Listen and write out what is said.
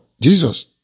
Jesus